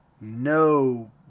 no